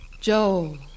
Joel